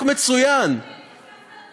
זה שנים.